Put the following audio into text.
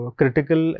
critical